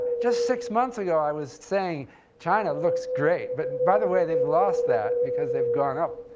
just six months ago, i was saying china looks great. but, by the way, they've lost that because they've gone up.